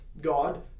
God